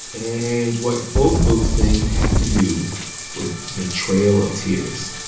and what both those things have to do with the trail of tears